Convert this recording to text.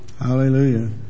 Hallelujah